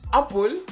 apple